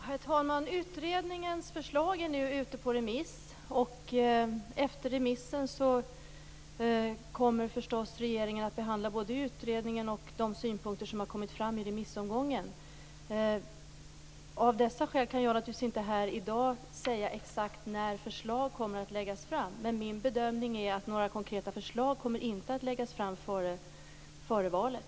Herr talman! Utredningens förslag är nu ute på remiss. Efter remissen kommer regeringen, förstås, att behandla både utredningen och de synpunkter som kommit fram i remissomgången. Därför kan jag inte här i dag säga exakt när förslag kommer att läggas fram. Min bedömning är att några konkreta förslag inte kommer att läggas fram före valet.